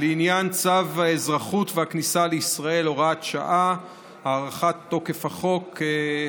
לעניין צו האזרחות והכניסה לישראל (הוראת שעה) (הארכת תוקף החוק),